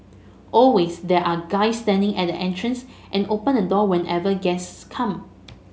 always there are guys standing at the entrance and open the door whenever guests come